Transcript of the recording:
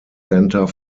center